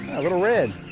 a little red.